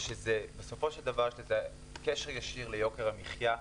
בסופו של דבר יש לזה קשר ישיר ליוקר המחיה,